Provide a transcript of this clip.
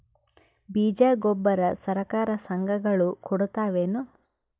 ಬೀಜ ಗೊಬ್ಬರ ಸರಕಾರ, ಸಂಘ ಗಳು ಕೊಡುತಾವೇನು?